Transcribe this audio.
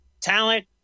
talent